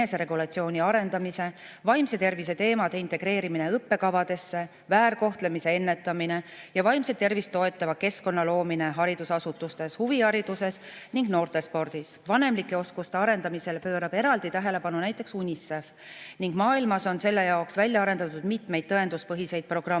vaimse tervise teemade integreerimise õppekavadesse, väärkohtlemise ennetamise ja vaimset tervist toetava keskkonna loomise haridusasutustes, huvihariduses ning noortespordis. Vanemlike oskuste arendamisele pöörab eraldi tähelepanu näiteks UNICEF ning maailmas on selle jaoks välja arendatud mitmeid tõenduspõhiseid programme,